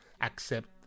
accept